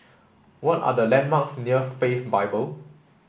what are the landmarks near Faith Bible